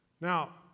Now